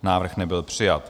Návrh nebyl přijat.